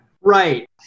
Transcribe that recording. Right